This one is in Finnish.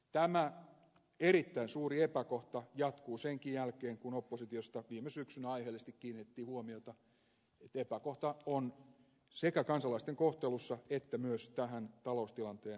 tämä erittäin suuri epäkohta jatkuu senkin jälkeen kun oppositiosta viime syksynä aiheellisesti kiinnitettiin huomiota siihen että epäkohta on sekä kansalaisten kohtelussa että myös tähän taloustilanteeseen reagoimisessa